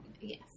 Yes